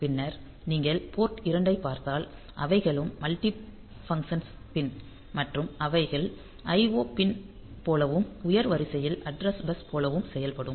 பின்னர் நீங்கள் போர்ட் 2 ஐப் பார்த்தால் அவைகளும் மல்டிஃபங்க்ஸ்னல் பின் மற்றும் அவைகள் IO பின் போலவும் உயர் வரிசை அட்ரஸ் பஸ் போலவும் செயல்படும்